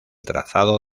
trazado